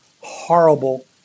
horrible